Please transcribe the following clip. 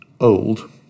old